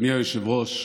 אדוני היושב-ראש,